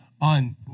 on